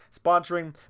sponsoring